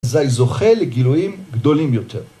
‫אזי זוכה לגילויים גדולים יותר.